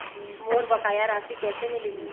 मोर बकाया राशि कैसे मिलही?